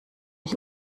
ich